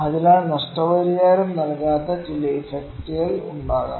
അതിനാൽ നഷ്ടപരിഹാരം നൽകാത്ത ചില ഇഫക്റ്റുകൾ ഉണ്ടാകും